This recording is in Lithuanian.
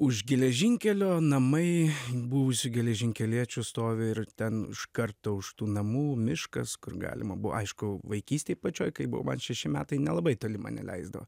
už geležinkelio namai buvusių geležinkeliečių stovi ir ten iš karto už tų namų miškas kur galima buvo aišku vaikystėj pačioj kai buvo man šeši metai nelabai toli mane leisdavo